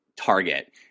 target